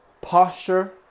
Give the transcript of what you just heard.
posture